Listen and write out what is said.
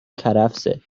کرفسه